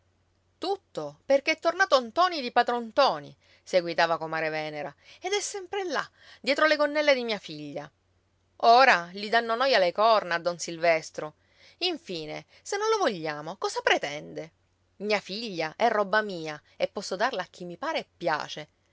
tutto perché è tornato ntoni di padron ntoni seguitava comare venera ed è sempre là dietro le gonnelle di mia figlia ora gli danno noia le corna a don silvestro infine se non lo vogliamo cosa pretende mia figlia è roba mia e posso darla a chi mi pare e piace